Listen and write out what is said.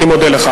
אני מודה לך.